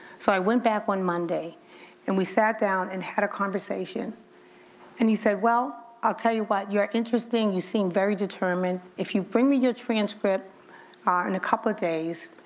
so i went back one monday and we sat down and had a conversation and he said well, i'll tell you what, you're interesting, you seem very determined. if you bring me your transcript ah in a couple of days,